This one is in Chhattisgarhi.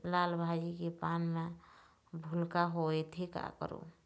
लाल भाजी के पान म भूलका होवथे, का करों?